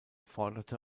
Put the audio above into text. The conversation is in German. forderte